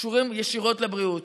שקשורים ישירות לבריאות.